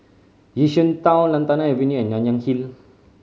Yishun Town Lantana Avenue and Nanyang Hill